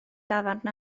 dafarn